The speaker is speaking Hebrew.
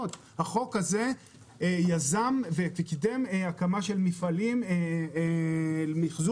החוק הזה יזם וקידם הקמה של מפעלים למיחזור